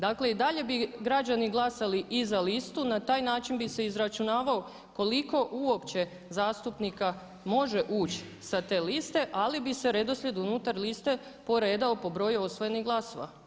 Dakle i dalje bi građani glasali i za listu, na taj način bi se izračunavao koliko uopće zastupnika može uči sa te liste, ali bi se redoslijed unutar liste poredao po broju osvojenih glasova.